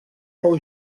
fou